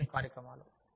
promotion కార్యక్రమాలు